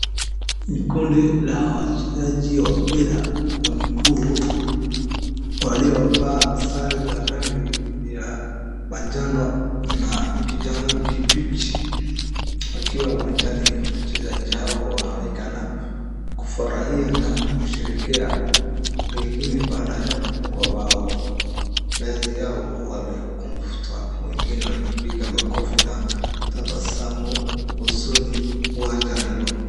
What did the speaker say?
Ni kundi la wachezaji wa mpira wa miguu waliovaa sare za rangi ya majano na kijani kibichi wakiwa uwanjani. Wachezaji hao wanaonekana kufurahia na kusherehekea pengine baada ya kufunga mbao. Baadhi yao wamekumbatwa wengine wakipiga makofi na tabasamu usoni uwanja hiyo.